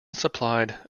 supplied